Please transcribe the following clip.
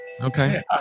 Okay